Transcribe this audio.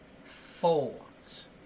folds